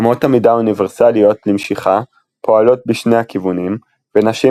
אמות המידה האוניברסליות למשיכה פועלות בשני הכיוונים ונשים